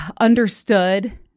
understood